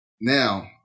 Now